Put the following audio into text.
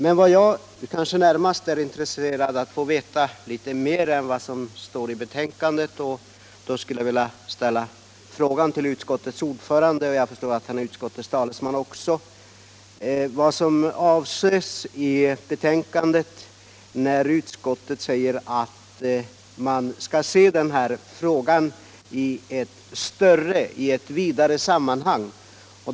Men jag är intresserad av att få veta litet mer än vad som står i betänkandet och skulle därför vilja fråga utskottets ordförande — jag förstår att han också är utskottets talesman — vad som i utskottets betänkande menas med att frågan skall ses i ett något vidare sammanhang.